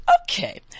Okay